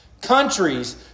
Countries